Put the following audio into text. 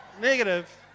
negative